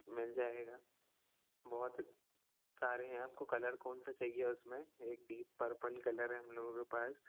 मिल जाएगा बहुत सारे हैं आपको कलर कौनसा चाहिए उसमें एक डीप पर्पल कलर है हम लोगों के पास